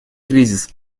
кризис